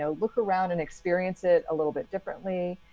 so look around and experience it a little bit differently,